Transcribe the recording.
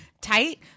tight